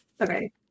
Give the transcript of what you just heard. Okay